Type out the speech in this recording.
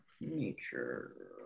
Nature